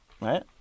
Right